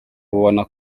ubona